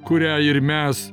kurią ir mes